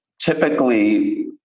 typically